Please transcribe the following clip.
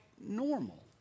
normal